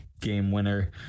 game-winner